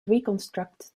reconstructed